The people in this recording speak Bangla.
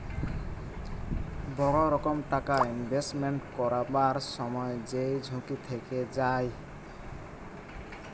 বড় রকম টাকা ইনভেস্টমেন্ট করবার সময় যেই ঝুঁকি থেকে যায়